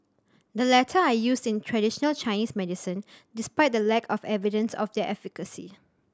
the latter are used in traditional Chinese medicine despite the lack of evidence of their efficacy